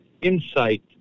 insight